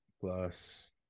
plus